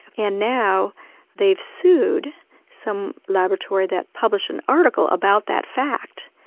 and now they've sued some laboratory that published an article about that fact,